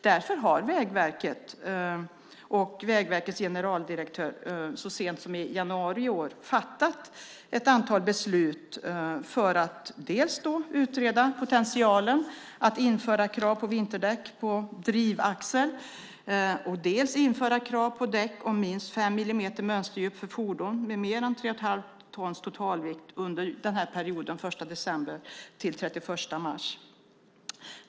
Därför har Vägverket och dess generaldirektör så sent som i januari i år fattat beslut om att dels utreda potentialen för att införa krav på vinterdäck på drivaxel, dels införa krav på däck med minst fem millimeters mönsterdjup för fordon med en totalvikt på mer än tre och ett halvt ton under perioden den 1 december-31 mars.